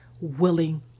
willing